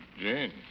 Jane